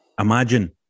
Imagine